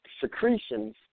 secretions